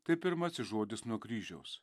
tai pirmasis žodis nuo kryžiaus